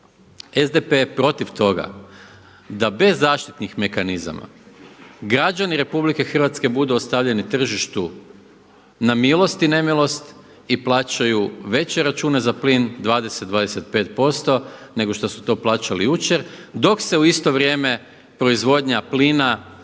SDP je protiv toga da bez zaštitnih mehanizama građani Republike Hrvatske budu ostavljeni tržištu na milost i nemilost i plaćaju veće račune za plin 20, 25% nego što su to plaćali jučer. Dok se u isto vrijeme proizvodnja plina hrvatska,